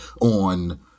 on